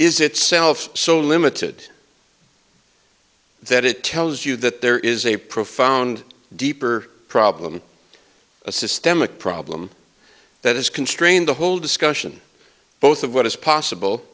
is itself so limited that it tells you that there is a profound deeper problem a systemic problem that is constrained the whole discussion both of what is possible